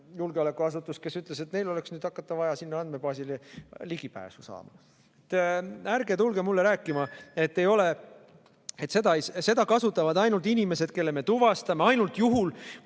julgeolekuasutus, kes ütles, et neil oleks vaja hakata sinna andmebaasile ligipääsu saama. Ärge tulge mulle rääkima, et seda kasutavad ainult inimesed, kelle me tuvastame, ja ainult juhul,